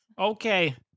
Okay